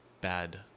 bad